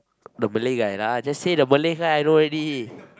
the Malay guy lah just say the Malay guy I know already